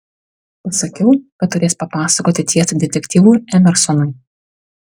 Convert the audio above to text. pasakiau kad turės papasakoti tiesą detektyvui emersonui